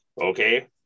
okay